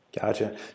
Gotcha